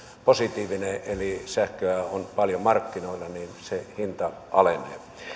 positiivinen eli sähköä on paljon markkinoilla niin se hinta alenee